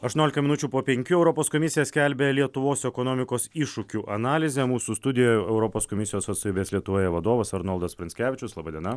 aštuoniolika minučių po penkių europos komisija skelbia lietuvos ekonomikos iššūkių analizę mūsų studijoj europos komisijos atstovybės lietuvoje vadovas arnoldas pranckevičius laba diena